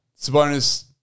Sabonis